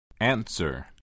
Answer